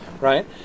right